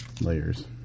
layers